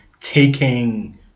taking